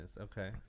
Okay